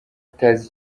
atazi